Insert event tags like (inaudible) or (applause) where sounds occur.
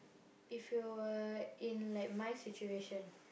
(noise) if you were in like my situation